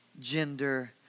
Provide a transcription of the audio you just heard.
gender